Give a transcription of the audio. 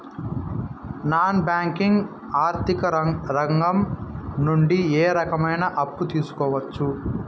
Non banking ఆర్థిక రంగం నుండి ఏ రకమైన అప్పు తీసుకోవచ్చు?